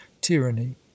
tyranny